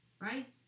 right